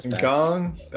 Gong